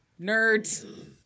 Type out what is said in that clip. nerds